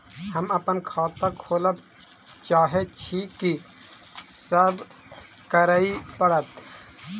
हम अप्पन खाता खोलब चाहै छी की सब करऽ पड़त?